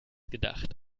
gedacht